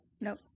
nope